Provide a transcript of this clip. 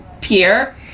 Pierre